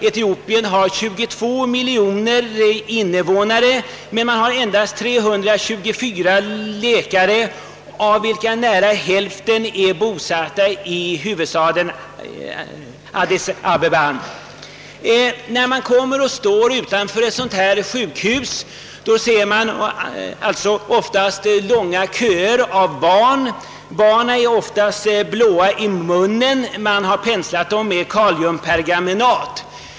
Etiopien har 22 miljoner invånare, men man har endast 324 läkare, av vilka nära hälften bor i huvudstaden Addis Abeba. Utanför ett sådant sjukhus ser man ofta långa köer av barn. Barnen är ofta blåa i munnen; man har penslat dem med kaliumpermanganat.